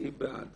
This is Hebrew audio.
כי היא בעד.